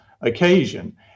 occasion